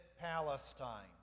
Palestine